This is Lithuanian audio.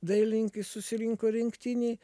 dailininkai susirinko rinktinėj